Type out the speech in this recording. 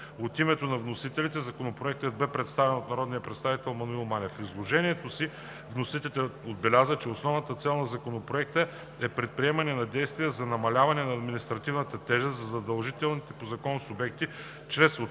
От името на вносителите Законопроектът бе представен от народния представител Маноил Манев. В изложението си вносителят отбеляза, че основната цел на Законопроекта е предприемане на действия за намаляване на административната тежест за задължените по Закона субекти чрез отпадане